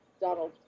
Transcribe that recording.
donald